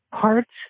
parts